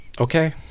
okay